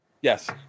Yes